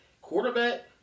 quarterback